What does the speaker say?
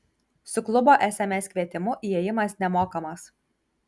su klubo sms kvietimu įėjimas nemokamas